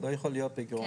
לא יכול להיות בגירעון.